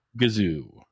Gazoo